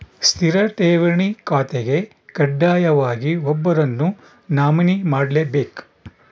ಸ್ಥಿರ ಠೇವಣಿ ಖಾತೆಗೆ ಕಡ್ಡಾಯವಾಗಿ ಒಬ್ಬರನ್ನು ನಾಮಿನಿ ಮಾಡ್ಲೆಬೇಕ್